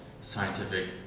scientific